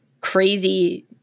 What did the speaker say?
crazy